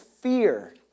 fear